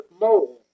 more